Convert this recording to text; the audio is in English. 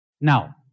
Now